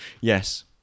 Yes